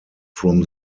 from